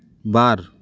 ᱵᱟᱨ